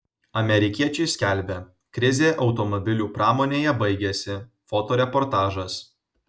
amerikiečiai skelbia krizė automobilių pramonėje baigėsi fotoreportažas